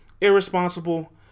Irresponsible